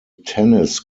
tennis